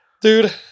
Dude